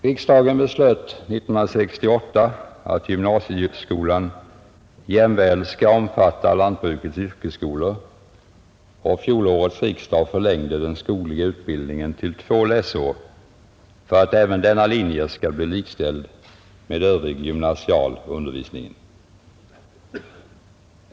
Riksdagen beslöt 1968 att gymnasieskolan jämväl skall omfatta lantbrukets yrkesskolor, och fjolårets riksdag förlängde den skogliga utbildningen till två läsår för att även denna linje skall bli likställd med övrig gymnasial undervisning.